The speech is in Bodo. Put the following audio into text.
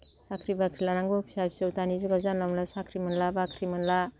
साख्रि बाख्रि लानांगौ फिसा फिसौ दानि जुगाव जानला मोनला साख्रि मोनला बाख्रि मोनला